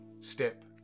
step